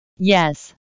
Yes